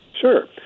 Sure